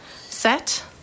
Set